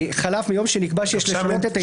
שחלף מיום שנקבע שיש לשנות את העדכון.